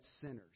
sinners